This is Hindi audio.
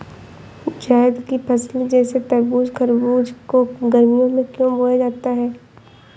जायद की फसले जैसे तरबूज़ खरबूज को गर्मियों में क्यो बोया जाता है?